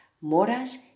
moras